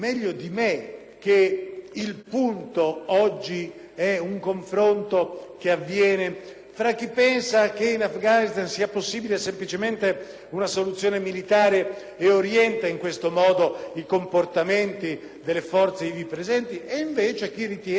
tra chi pensa che in Afghanistan sia possibile semplicemente una soluzione militare (e, di conseguenza, orienta in questo modo i comportamenti delle forze ivi presenti) e chi ritiene che l'azione militare debba avere un ruolo di garanzia delle condizioni di sicurezza che permettono